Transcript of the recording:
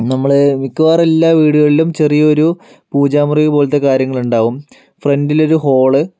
നമ്മളെ മിക്കവാറും എല്ലാ വീടുകളിലും ചെറിയൊരു പൂജാമുറിപോലത്തെ കാര്യങ്ങൾ ഉണ്ടാവും ഫ്രണ്ടിൽ ഒരു ഹോള്